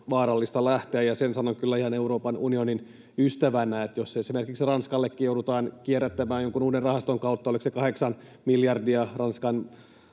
vaarallista lähteä. Sen sanon kyllä ihan Euroopan unionin ystävänä, että jos esimerkiksi Ranskallekin joudutaan kierrättämään jonkun uuden rahaston kautta, oliko se, 8 miljardia, niin